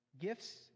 Gifts